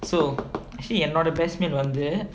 so actually என்னோட:ennoda batch mate வந்து:vanthu